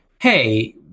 hey